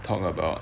talk about